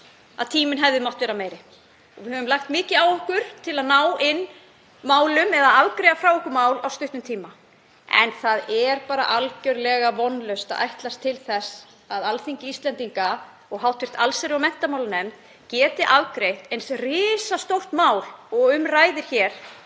að tíminn hefði mátt vera meiri og við höfum lagt mikið á okkur til að afgreiða frá okkur mál á stuttum tíma. En það er bara algerlega vonlaust að ætlast til þess að Alþingi Íslendinga og hv. allsherjar- og menntamálanefnd geti afgreitt eins risastórt mál og um ræðir hér